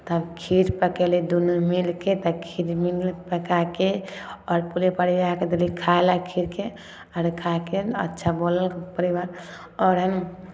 तब खीर पकयली दुनू बहीन मिलि कऽ तऽ खीर मिल पका कऽ आओर पूरे परिवारके देली खाए लए खीरके आओर खाए कऽ अच्छा बोललक परिवार आओर हम